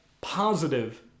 positive